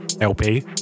LP